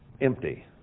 empty